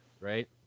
right